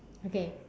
okay